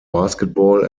basketball